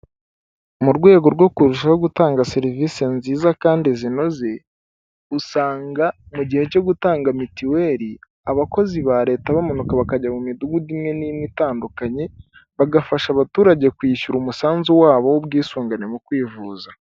Mu rwego rwo kurushaho gutanga serivisi nziza kandi zinoze, usanga mu gihe cyo gutanga mitiweri, abakozi ba leta bamanuka bakajya mu midugudu imwe n'imwe itandukanye, bagafasha abaturage kwishyura umusanzu wabo w'ubwisungane mu kwivuza.